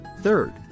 Third